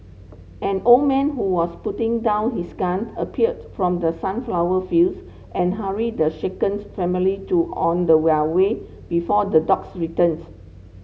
an old man who was putting down his gun appeared from the sunflower fields and hurried the shaken family to on the where way before the dogs returns